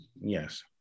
Yes